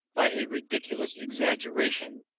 by a ridiculous exaggeration,